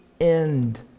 end